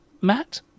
Matt